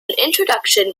introduction